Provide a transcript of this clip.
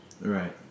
right